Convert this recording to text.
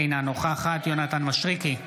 אינה נוכחת יונתן מישרקי,